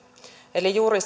eli juuri